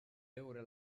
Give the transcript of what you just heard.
veure